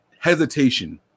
hesitation